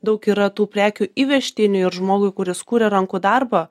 daug yra tų prekių įvežtinių ir žmogui kuris kuria rankų darbą